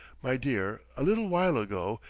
my dear, a little while ago,